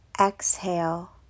exhale